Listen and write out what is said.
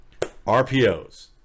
RPOs